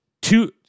Two